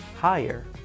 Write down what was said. higher